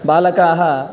बालकाः